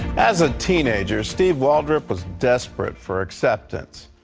as a teenager, steve waltrop was desperate for acceptance.